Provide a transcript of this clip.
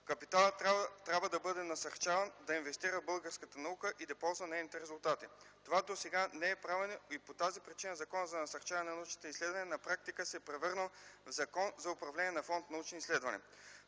Капиталът трябва да бъде насърчаван да инвестира в българската наука и да ползва нейните резултати. Това досега не е правено и по тази причина Законът за насърчаване на научните изследвания на практика се е превърнал в закон за управление на фонд „Научни изследвания”.